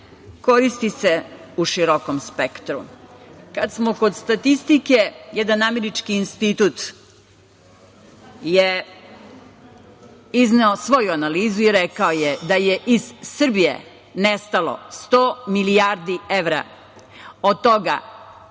koristi se u širokom spektru. Kad smo kod statistike, jedan američki institut je izneo svoju analizu i rekao je da je iz Srbije nestalo 100 milijardi evra, od toga